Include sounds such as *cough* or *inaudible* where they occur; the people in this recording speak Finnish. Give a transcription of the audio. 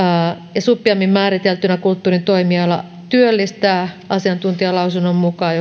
ja suppeammin määriteltynä kulttuurin toimiala työllistää asiantuntijalausunnon mukaan *unintelligible*